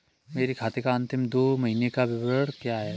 मेरे खाते का अंतिम दो महीने का विवरण क्या है?